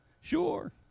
Sure